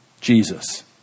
Jesus